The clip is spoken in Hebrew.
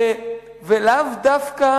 ולאו דווקא